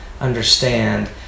understand